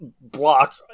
block